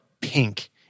pink